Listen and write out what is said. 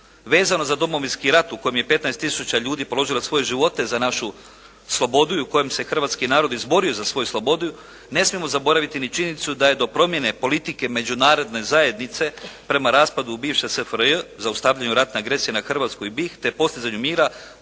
Vezano za Domovinski rat u kojem je 15 tisuća ljudi položilo svoje živote za našu slobodu i u kojem se hrvatski narod izborio za svoju slobodu ne smijemo zaboraviti ni činjenicu da je do promjene politike međunarodne zajednice prema raspadu bivše SFRJ zaustavljen ratne agresije na Hrvatsku i BiH te postizanje mira došlo